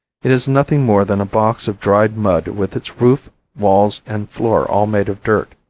it is nothing more than a box of dried mud with its roof, walls and floor all made of dirt.